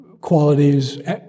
qualities